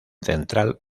central